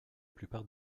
plupart